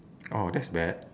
oh that's bad